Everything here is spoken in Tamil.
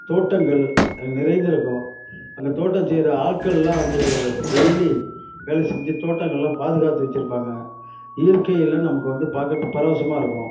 தோட்டங்கள் நிறைந்திருக்கும் அந்த தோட்டம் செய்ற ஆட்களெலாம் வந்து இப்போ டெய்லி வேலை செஞ்சு தோட்டங்களெலாம் பாதுகாத்து வச்சுருப்பாங்க இயற்கையில் நமக்கு வந்து பார்க்கறதுக்கு பரவசமாக இருக்கும்